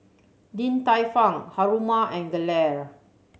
Din Tai Fung Haruma and Gelare